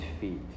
feet